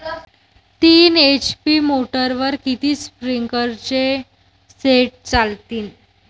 तीन एच.पी मोटरवर किती स्प्रिंकलरचे सेट चालतीन?